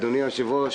אדוני היושב-ראש,